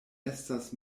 estas